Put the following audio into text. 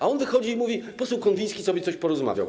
A on wychodzi i mówi: poseł Konwiński sobie o czymś porozmawiał.